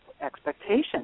expectations